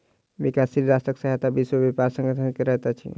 विकासशील राष्ट्रक सहायता विश्व व्यापार संगठन करैत अछि